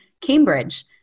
Cambridge